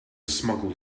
smuggled